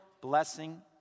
blessing